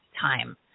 time